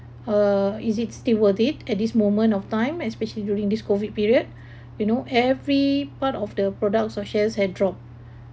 uh is it still worth it at this moment of time especially during this COVID period you know every part of the products or shares had dropped